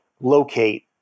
locate